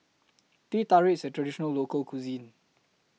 Teh Tarik IS A Traditional Local Cuisine